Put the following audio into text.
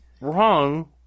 wrong